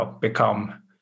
become